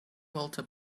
walter